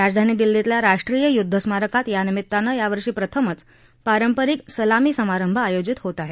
राजधानी दिल्लीतल्या राष्ट्रीय युद्धस्मारकात यानिमित्तानं यावर्षी प्रथमच पारंपरिक सलामी समारंभ आयोजित होत आहे